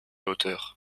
hauteur